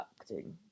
acting